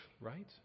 right